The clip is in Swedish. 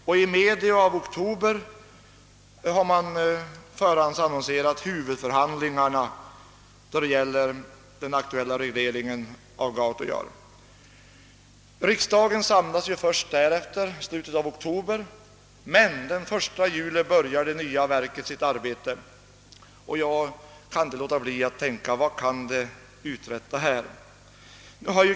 Till medio av oktober har man förhandsannonserat huvudförhandlingarna för den aktuella regleringen av Gautojaure. Riksdagen samlas först därefter i slutet av oktober, men den 1 juli börjar det nya naturvårdsverket sitt arbete. Jag kan inte låta bli att tänka på vad det skulle kunna uträtta härvidlag.